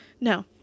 No